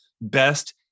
best